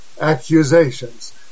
accusations